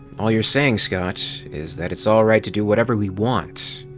all you're saying, scott, is that it's all right to do whatever we want.